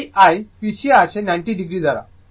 এই I পিছিয়ে আছে 90o দ্বারা